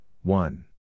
one